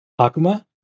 akuma